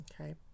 Okay